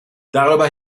darüber